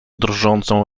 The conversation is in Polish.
drżącą